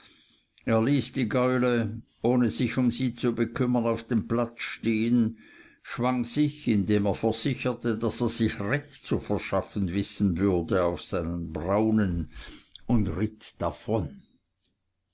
er ließ die gaule ohne sich um sie zu bekümmern auf dem platz stehen schwang sich indem er versicherte daß er sich recht zu verschaffen wissen würde auf seinen braunen und ritt davon